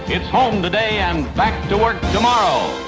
it's home today and back to work tomorrow